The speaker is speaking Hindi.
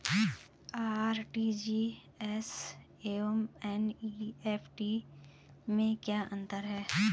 आर.टी.जी.एस एवं एन.ई.एफ.टी में क्या अंतर है?